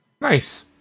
Nice